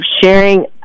sharing